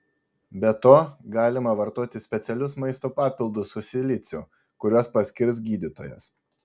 be to galima vartoti specialius maisto papildus su siliciu kuriuos paskirs gydytojas